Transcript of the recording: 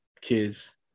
kids